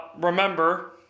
Remember